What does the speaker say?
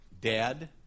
Dad